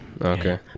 Okay